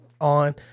on